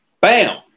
bam